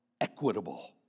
equitable